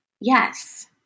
yes